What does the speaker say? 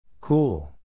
Cool